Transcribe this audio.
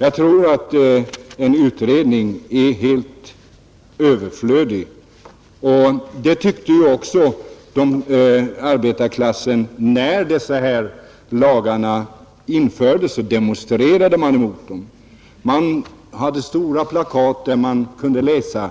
Jag tror att en utredning är helt överflödig och det tyckte också arbetarklassen, därför att när dessa lagar infördes demonstrerade man mot dem. På stora plakat kunde man läsa: